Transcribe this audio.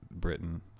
Britain